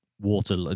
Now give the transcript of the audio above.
Water